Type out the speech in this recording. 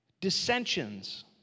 dissensions